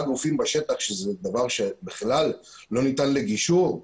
גופים בשטח שזה דבר שבכלל לא ניתן לגישור,